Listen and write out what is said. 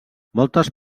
moltes